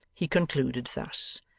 he concluded thus